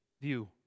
view